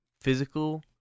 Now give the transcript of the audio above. physical